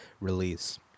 release